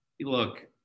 look –